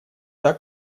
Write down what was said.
так